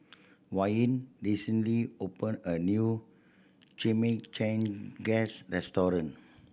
Wayne recently open a new Chimichangas restaurant